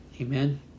amen